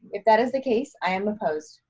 if that is the case, i am opposed.